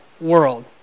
world